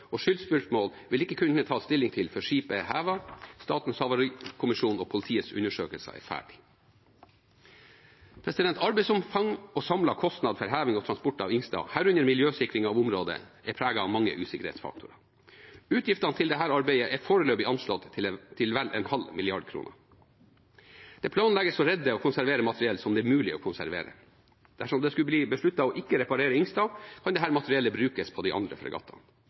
og skyldspørsmål vil ikke kunne tas stilling til før skipet er hevet og Statens havarikommisjon og politiets undersøkelser er ferdigstilt. Arbeidsomfang og samlet kostnad for heving og transport av «Helge Ingstad», herunder miljøsikring av området, er preget av mange usikkerhetsfaktorer. Utgiftene til dette arbeidet er foreløpig anslått til vel en halv milliard kroner. Det planlegges å redde og konservere materiell som det er mulig å konservere. Dersom det skulle bli besluttet å ikke reparere «Helge Ingstad», kan dette materiellet brukes på de andre fregattene.